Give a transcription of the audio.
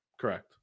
Correct